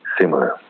similar